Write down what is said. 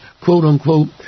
quote-unquote